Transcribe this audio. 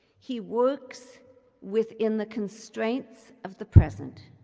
he works within the constraints of the present.